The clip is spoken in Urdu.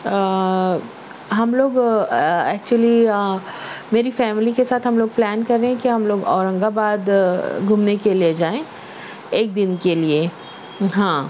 آں ہم لوگ ایکچولی میری فیملی کے ساتھ ہم لوگ پلان کر رہے ہیں کہ ہم لوگ اورنگ آباد گھومنے کے لئے جائیں ایک دن کے لئے ہاں